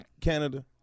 Canada